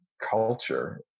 culture